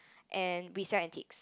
and we sell antiques